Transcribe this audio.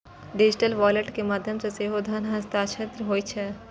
digital wallet के माध्यम सं सेहो धन हस्तांतरित होइ छै